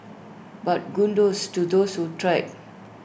but kudos to those who tried